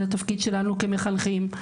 על התפקיד שלנו כמחנכים,